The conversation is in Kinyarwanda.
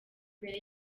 mbere